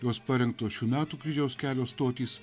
jos parengtos šių metų kryžiaus kelio stotys